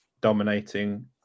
dominating